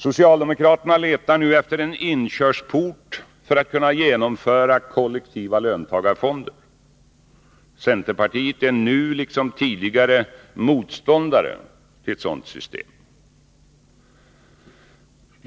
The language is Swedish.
Socialdemokraterna letar nu efter en inkörsport för att kunna genomföra kollektiva löntagarfonder. Centerpartiet är nu liksom tidigare motståndare till ett sådant system.